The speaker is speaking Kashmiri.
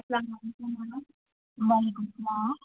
اسلام علیکُم میٚم وعلیکُم اسلام